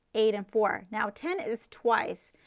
eight and four. now ten is twice.